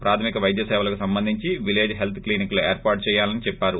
ప్రాథమిక వైద్యసేవలకు సంబంధించి విలేజ్ హెల్త్ క్లినిక్లు ఏర్పాటు చేయాలని చెప్పారు